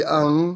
ang